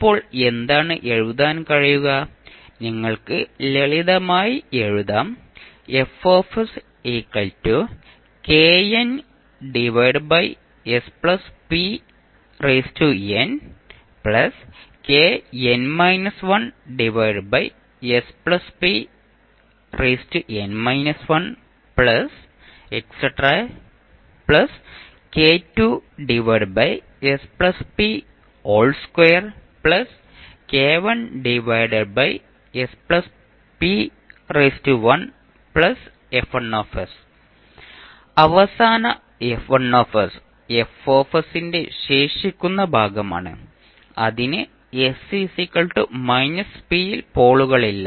അപ്പോൾ എന്താണ് എഴുതാൻ കഴിയുക നിങ്ങൾക്ക് ലളിതമായി എഴുതാം അവസാന ന്റെ ശേഷിക്കുന്ന ഭാഗമാണ് അതിന് s p ൽ പോളുകളില്ല